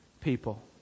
people